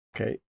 Okay